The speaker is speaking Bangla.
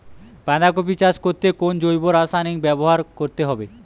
বাঁধাকপি চাষ করতে কোন জৈব রাসায়নিক ব্যবহার করতে হবে?